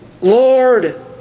Lord